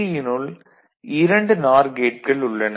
யினுள் 2 நார் கேட்கள் உள்ளன